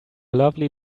lovely